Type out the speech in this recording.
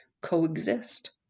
coexist